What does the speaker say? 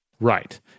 Right